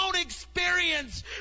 experience